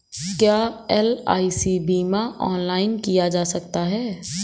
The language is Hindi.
क्या एल.आई.सी बीमा ऑनलाइन किया जा सकता है?